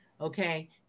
okay